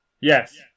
Yes